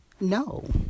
No